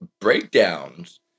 breakdowns